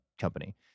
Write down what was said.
company